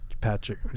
Patrick